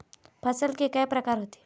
फसल के कय प्रकार होथे?